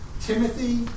Timothy